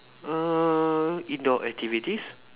err in your activities